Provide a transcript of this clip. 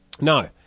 No